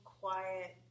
quiet